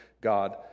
God